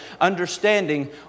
understanding